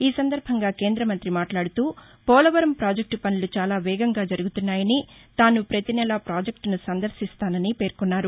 ఈ సందర్భంగా కేంద్ర మంతి మాట్లాడుతూ పోలవరం పాజెక్టు పనులు చాలా వేగంగా జరుగుతున్నాయని తాను పతీ నెలా పాజెక్టును సందర్భిస్తానని పేర్కొన్నారు